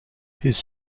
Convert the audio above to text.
his